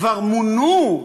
כבר מונו,